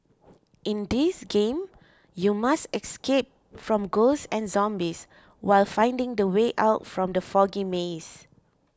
in this game you must escape from ghosts and zombies while finding the way out from the foggy maze